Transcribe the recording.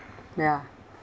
ya